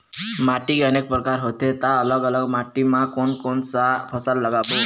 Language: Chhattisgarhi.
माटी के अनेक प्रकार होथे ता अलग अलग माटी मा कोन कौन सा फसल लगाबो?